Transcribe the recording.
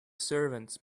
servants